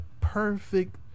perfect